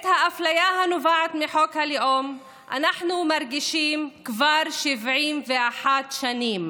את האפליה הנובעת מחוק הלאום אנחנו מרגישים כבר 71 שנים,